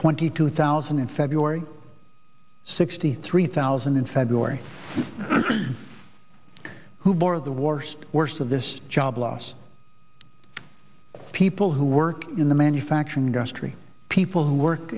twenty two thousand in february sixty three thousand in february who bore the worst worst of this job loss people who work in the manufacturing industry people who work